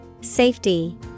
Safety